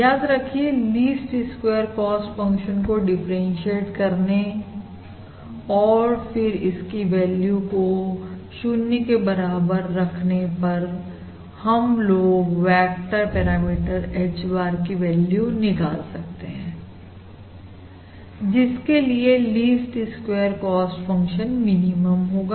याद रखिए least square cost function को डिफरेंटशिएट करने और फिर इसकी वैल्यू को 0 के बराबर रखने पर हम लोग वेक्टर पैरामीटर H bar की वैल्यू निकाल सकते हैं जिसके लिए least square cost function minimum होगा